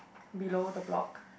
below the block